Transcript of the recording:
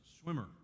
swimmer